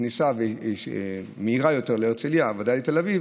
כניסה מהירה יותר להרצליה ובוודאי לתל אביב